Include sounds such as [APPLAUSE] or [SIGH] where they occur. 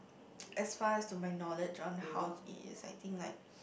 [NOISE] as far as to my knowledge on how he is I think like